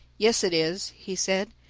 yes, it is, he said,